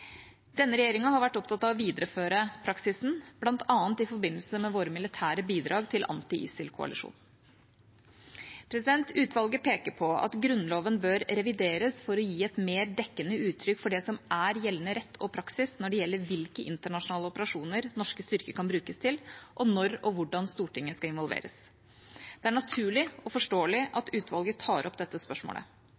Denne regjeringa har vært opptatt av å videreføre praksisen, bl.a. i forbindelse med våre militære bidrag til anti-ISIL-koalisjonen. Utvalget peker på at Grunnloven bør revideres for å gi et mer dekkende uttrykk for det som er gjeldende rett og praksis når det gjelder hvilke internasjonale operasjoner norske styrker kan brukes til, og når og hvordan Stortinget skal involveres. Det er naturlig og forståelig